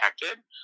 protected